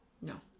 No